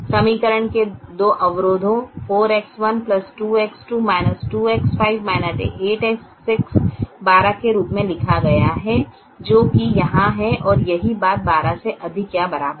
समीकरण को दो अवरोधों 4X1 2X2 2X5 8X6 ≤ 12 के रूप में लिखा गया है जो कि यहाँ है और यही बात 12 से अधिक या बराबर है